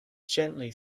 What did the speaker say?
gently